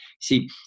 see